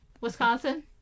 Wisconsin